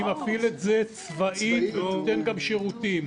אני מפעיל את זה צבאית ונותן גם שירותים.